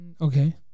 Okay